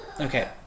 okay